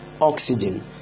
oxygen